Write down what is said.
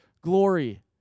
glory